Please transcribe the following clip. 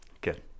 Good